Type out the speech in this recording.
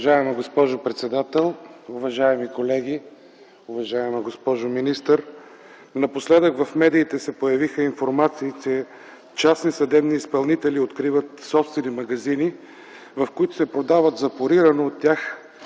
Уважаема госпожо председател, уважаеми колеги! Уважаема госпожо министър, напоследък в медиите се появиха информации, че частни съдебни изпълнители откриват собствени магазини, в които се продава запорирано от тях